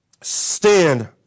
stand